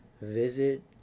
visit